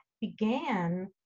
began